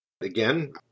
Again